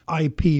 IP